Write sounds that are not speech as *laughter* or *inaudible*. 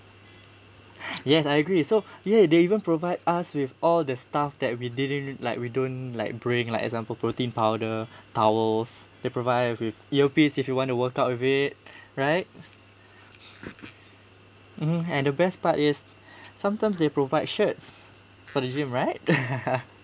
*breath* yes I agree so ya they even provide us with all the stuff that we didn't like we don't like bringing like example protein powder towels they provide with earpiece if you want to workout with it right mmhmm and the best part is sometimes they provide shirts for the gym right *laughs*